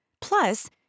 Plus